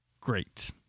great